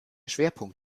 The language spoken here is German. schwerpunkt